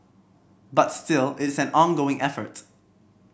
but still is an ongoing effort